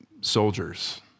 soldiers